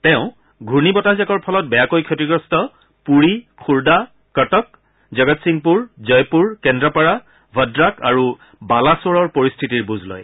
তেওঁ ঘূৰ্ণী বতাহজাকৰ ফলত বেয়াকৈ ক্ষতিগ্ৰস্ত পুৰী খুৰ্দা কটক জগতসিংপূৰ জয়পুৰ কেন্দ্ৰাপাৰা ভদ্ৰাক আৰু বালাছৰৰ পৰিস্থিতিৰ বুজ লয়